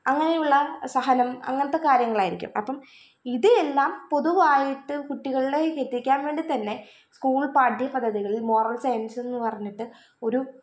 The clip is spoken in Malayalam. അങ്ങനെയുള്ള സഹനം അങ്ങനത്തെ കാര്യങ്ങളായിരിക്കും അപ്പം ഇത് എല്ലാം പൊതുവായിട്ട് കുട്ടികളിലേക്കെത്തിക്കാൻ വേണ്ടി തന്നെ സ്കൂൾ പാഠ്യ പദ്ധതികളിൽ മോറൽ സയൻസ് എന്ന് പറഞ്ഞിട്ട് ഒരു